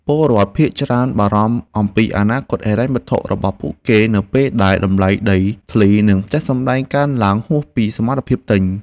ពលរដ្ឋភាគច្រើនបារម្ភអំពីអនាគតហិរញ្ញវត្ថុរបស់ពួកគេនៅពេលដែលតម្លៃដីធ្លីនិងផ្ទះសម្បែងកើនឡើងហួសពីសមត្ថភាពទិញ។